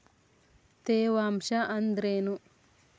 ತೇವಾಂಶ ಅಂದ್ರೇನು?